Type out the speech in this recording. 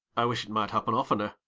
i wish it might happen oftener,